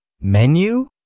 menu